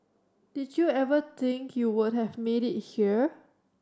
did you ever think you would have made it here